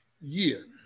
year